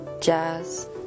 jazz